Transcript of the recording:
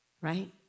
right